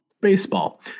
Baseball